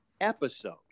episode